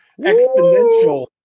Exponential